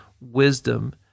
wisdom